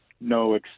no